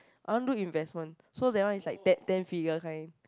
I wanna do investment so that one is like ten ten figure kind